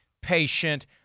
patient